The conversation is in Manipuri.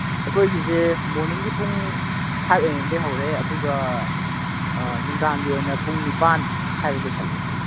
ꯑꯩꯈꯣꯏꯒꯤꯁꯦ ꯃꯣꯔꯅꯤꯡꯒꯤ ꯄꯨꯡ ꯐꯥꯏꯚ ꯑꯦ ꯑꯦꯝꯗꯒꯤ ꯍꯧꯔꯦ ꯑꯗꯨꯒ ꯅꯨꯡꯗꯥꯡꯒꯤ ꯑꯣꯏꯅ ꯄꯨꯡ ꯅꯤꯄꯥꯟ ꯁ꯭ꯋꯥꯏꯗ ꯂꯣꯏꯁꯜꯂꯦ